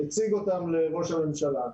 הציג אותם לראש הממשלה,